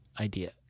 idea